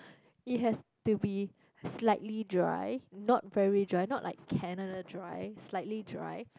it has to be slightly dry not very dry not like Canada dry slightly dry